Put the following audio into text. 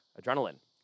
Adrenaline